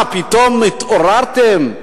פתאום התעוררתם?